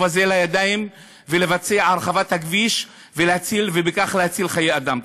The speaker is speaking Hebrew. הזה לידיים ולבצע את הרחבת הכביש ובכך להציל חיי אדם.